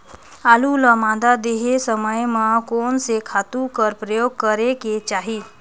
आलू ल मादा देहे समय म कोन से खातु कर प्रयोग करेके चाही?